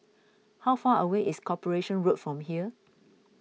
how far away is Corporation Road from here